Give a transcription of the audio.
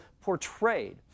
portrayed